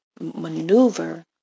maneuver